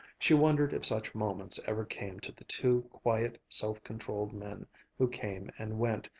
she wondered if such moments ever came to the two quiet, self-controlled men who came and went,